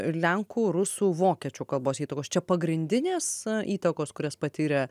lenkų rusų vokiečių kalbos įtakos čia pagrindinės įtakos kurias patyrė